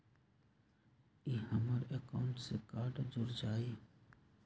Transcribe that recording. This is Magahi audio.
ई हमर अकाउंट से कार्ड जुर जाई?